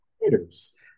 theaters